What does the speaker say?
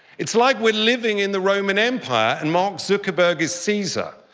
it's like we're living in the roman empire and mark zuckerberg is caesar.